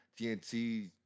TNT